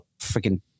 freaking